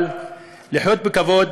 אבל לחיות בכבוד,